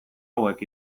hauek